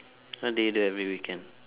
what do you do every weekend